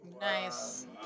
Nice